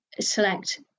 select